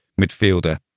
midfielder